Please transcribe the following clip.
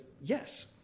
yes